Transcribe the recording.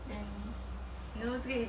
you expect 他煮饭给你吃咩